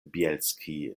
bjelski